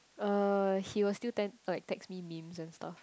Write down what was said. uh he will still tend like text me memes and stuff